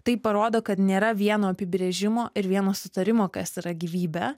tai parodo kad nėra vieno apibrėžimo ir vieno sutarimo kas yra gyvybė